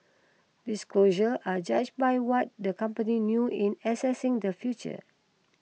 disclosures are judged by what the company knew in assessing the future